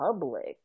public